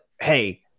hey